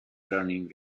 learning